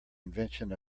invention